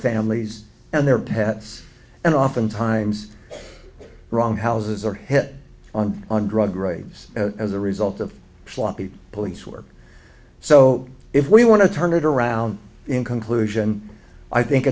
families and their pets and oftentimes wrong houses or head on on drug raids as a result of sloppy police work so if we want to turn it around in conclusion i think